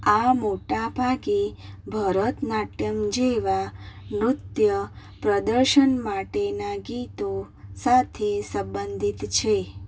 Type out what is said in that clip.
આ મોટા ભાગે ભરતનાટ્યમ જેવા નૃત્ય પ્રદર્શન માટેના ગીતો સાથે સંબંધિત છે